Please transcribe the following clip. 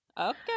Okay